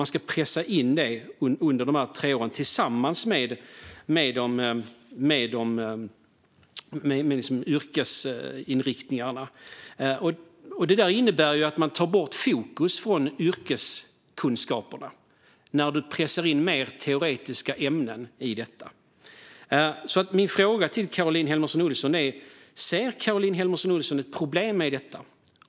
Man ska pressa in detta under de här tre åren, tillsammans med yrkesinriktningarna. Det innebär att man tar bort fokus från yrkeskunskaperna genom att pressa in mer teoretiska ämnen i detta. Min fråga till Caroline Helmersson Olsson är om hon ser ett problem med detta.